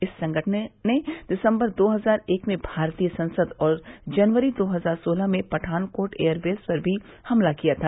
इसी संगठन ने दिसम्बर दो हजार एक में भारतीय संसद पर और जनवरी दो हजार सोलह में पठानकोट एयरबेस पर भी हमला किया था